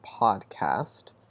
podcast